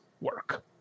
work